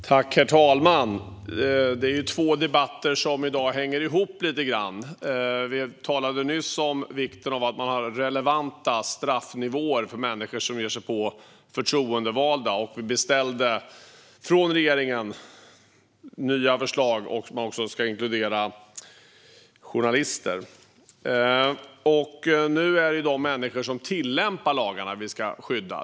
Herr talman! Det är två debatter i dag som hänger ihop lite grann. Vi talade nyss om vikten av att ha relevanta straffnivåer för människor som ger sig på förtroendevalda, och vi har beställt nya förslag från regeringen som också ska inkludera journalister. Nu är det de människor som tillämpar lagarna som vi ska skydda.